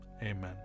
amen